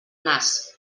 nas